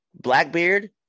Blackbeard